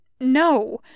No